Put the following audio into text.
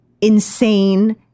Insane